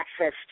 access